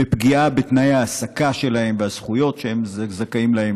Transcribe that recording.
בפגיעה בתנאי ההעסקה שלהם ובזכויות שהם זכאים להם,